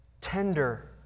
Tender